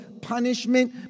punishment